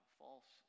false